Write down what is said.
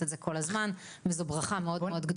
את זה כל הזמן וזו ברכה מאוד מאוד גדולה,